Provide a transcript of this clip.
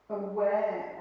aware